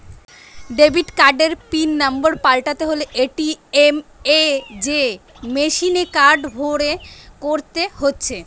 debit কার্ডের pin number পাল্টাতে হলে এ.টি.এম এ যেয়ে মেসিনে কার্ড ভরে করতে হচ্ছে